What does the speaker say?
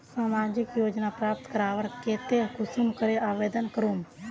सामाजिक योजना प्राप्त करवार केते कुंसम करे आवेदन करूम?